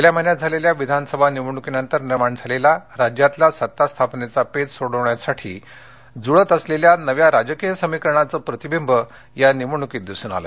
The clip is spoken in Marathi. गेल्या महिन्यात झालेल्या विधानसभा निवडणुकीनंतर निर्माण झालेला राज्यातला सत्तास्थापनेचा पेच सोडविण्यासाठी जुळत असलेल्या नव्या राजकीय समीकरणांचं प्रतिबिंब या निवडणुकीत दिसून आलं